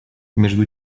между